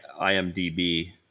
IMDb